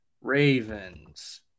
Ravens